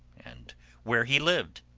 and where he lived.